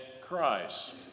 Christ